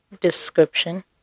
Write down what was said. description